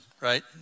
right